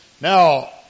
Now